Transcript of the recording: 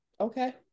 okay